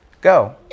go